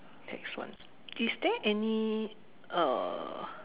tax one is there any err